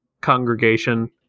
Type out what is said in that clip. congregation